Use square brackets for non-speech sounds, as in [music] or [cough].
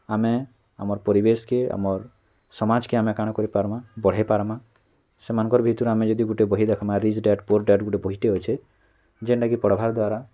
ଆମେ ଆମର୍ ପରିବେଶ୍କେ ଆମର୍ ସମାଜ୍କେ ଆମେ କାଣା କରି ପାର୍ମା ବଢ଼େଇ ପାର୍ମା ସେମାନଙ୍କର୍ ଭିତରୁ ଆମେ ଯଦି ଗୁଟେ ବହି ଦେଖ୍ମା [unintelligible] ଗୁଟେ ବହିଟେ ଅଛେ ଯେନ୍ଟାକି ପଢ଼୍ବାର୍ ଦ୍ଵାରା